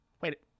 Wait